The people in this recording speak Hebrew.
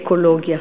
אקולוגיה,